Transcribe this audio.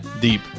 deep